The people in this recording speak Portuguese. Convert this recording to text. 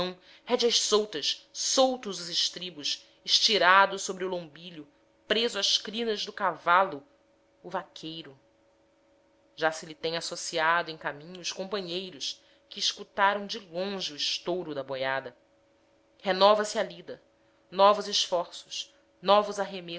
rédeas soltas soltos os estribos estirado sobre o lombilho preso às crinas do cavalo o vaqueiro já se lhe têm associado em caminho os companheiros que escutaram de longe o estouro da boiada renova se a lida novos esforços novos